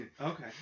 okay